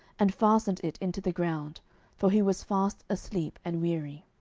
and fastened it into the ground for he was fast asleep and weary.